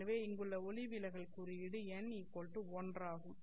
எனவே இங்குள்ள ஒளி விலகல் குறியீடு n 1 ஆகும்